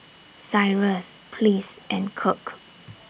Cyrus Pleas and Kirk